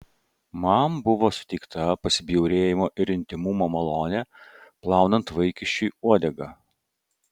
man buvo suteikta pasibjaurėjimo ir intymumo malonė plaunant vaikiščiui uodegą